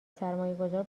سرمایهگذار